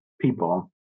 people